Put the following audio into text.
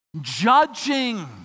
Judging